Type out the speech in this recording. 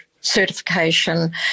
certification